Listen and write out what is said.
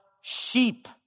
sheep